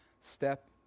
step